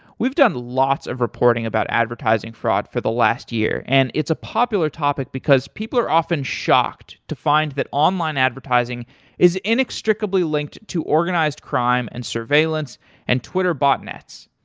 we've done lots of reporting about advertising fraud for the last year, and it's a popular topic because people are often shocked to find that online advertising is inextricably linked to organized crime and surveillance and twitter botnet.